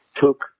took